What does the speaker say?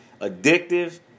addictive